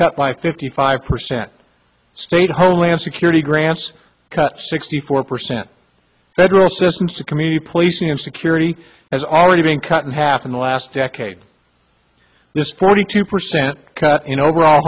cut by fifty five percent state homeland security grants cut sixty four percent federal assistance to community policing and security has already been cut in half in the last decade this forty two percent cut in overall